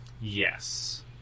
Yes